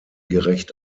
gerecht